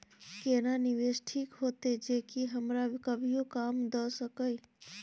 केना निवेश ठीक होते जे की हमरा कभियो काम दय सके?